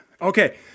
Okay